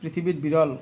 পৃথিৱীত বিৰল